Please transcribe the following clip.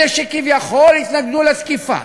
אלה שכביכול התנגדו לתקיפה,